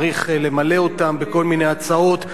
צריך למלא אותן בכל מיני הצעות,